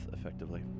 effectively